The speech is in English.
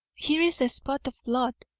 here is a spot of blood,